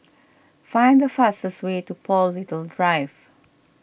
find the fastest way to Paul Little Drive